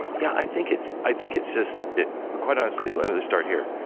yeah, i think it's i think it's just quite honestly, let me just start here.